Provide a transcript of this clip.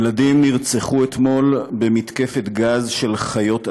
ילדים נרצחו אתמול במתקפת גז של חיות אדם.